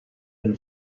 been